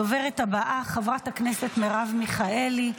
הדוברת הבאה, חברת הכנסת מרב מיכאלי.